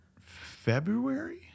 February